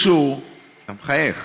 אתה מחייך.